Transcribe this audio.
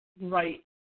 right